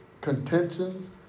contentions